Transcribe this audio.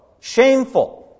Shameful